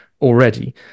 already